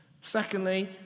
Secondly